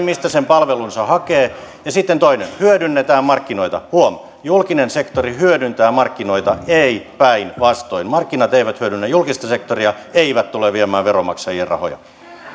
mistä palvelunsa hakee sitten toinen hyödynnetään markkinoita huom julkinen sektori hyödyntää markkinoita ei päinvastoin markkinat eivät hyödynnä julkista sektoria eivät tule viemään veronmaksajien rahoja